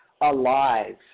alive